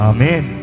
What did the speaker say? Amen